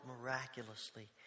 miraculously